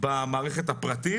במערכת הפרטית.